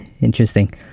interesting